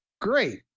great